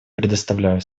предоставляю